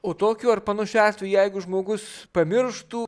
o tokiu ar panašiu atveju jeigu žmogus pamirštų